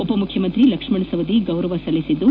ಉಪ ಮುಖ್ಯಮಂತ್ರಿ ಲಕ್ಷ್ಮಣ ಸವದಿ ಗೌರವ ಸಲ್ಲಿಸಿದ್ದು